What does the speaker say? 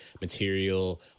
material